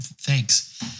Thanks